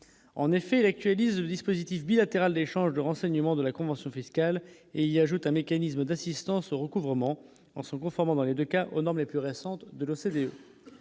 en effet l'actualise dispositif bilatéral d'échange de renseignements de la convention fiscale et il ajoute un mécanisme d'assistance recouvrement en sont conformes dans les 2 cas aux normes les plus récentes de l'OCDE,